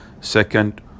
Second